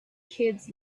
kids